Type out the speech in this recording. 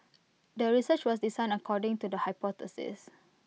the research was designed according to the hypothesis